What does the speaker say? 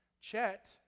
Chet